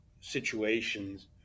situations